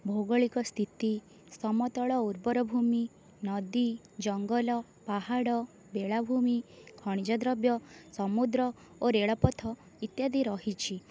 ଭୌଗଳିକ ସ୍ଥିତି ସମତଳ ଉର୍ବର ଭୂମି ନଦୀ ଜଙ୍ଗଲ ପାହାଡ଼ ବେଳାଭୂମି ଖଣିଜଦ୍ରବ୍ୟ ସମୁଦ୍ର ଓ ରେଳପଥ ଇତ୍ୟାଦି ରହିଛି